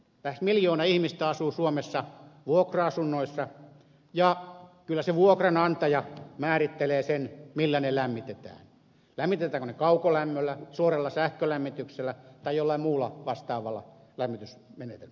lähes miljoona ihmistä asuu suomessa vuokra asuinnoissa ja kyllä se vuokranantaja määrittelee sen millä ne lämmitetään lämmitetäänkö ne kaukolämmöllä suoralla sähkölämmityksellä tai jollain muulla vastaavalla lämmitysmenetelmällä